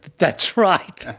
that's right.